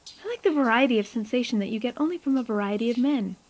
i like the variety of sensation that you get only from a variety of men.